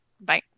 Bye